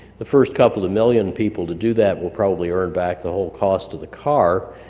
the first couple of million people to do that will probably earn back the whole cost of the car,